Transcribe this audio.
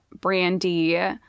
Brandy